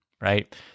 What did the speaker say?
right